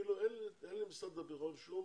אין למשרד הביטחון שום